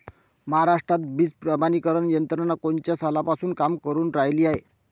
महाराष्ट्रात बीज प्रमानीकरण यंत्रना कोनच्या सालापासून काम करुन रायली हाये?